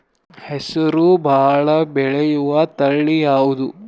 ಹೆಸರು ಭಾಳ ಬೆಳೆಯುವತಳಿ ಯಾವದು?